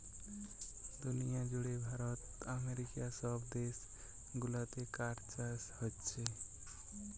দুনিয়া জুড়ে ভারত আমেরিকা সব দেশ গুলাতে কাঠ চাষ হোচ্ছে